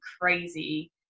crazy